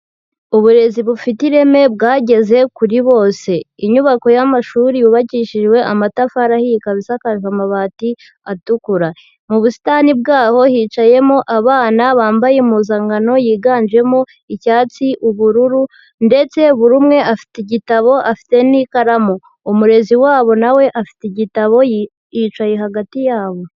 Uburezi bufite ireme bwageze kuri bose, inyubako y'amashuri yubakishijwe amatafari ahiye ikaba isakajwe amabati atukura, mu busitani bwaho hicayemo abana bambaye impuzankano yiganjemo icyatsi, ubururu ndetse buri umwe afite igitabo afite n'ikaramu, umurezi wabo nawe afite igitabo yicaye hagati yabo.